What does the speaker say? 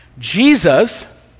Jesus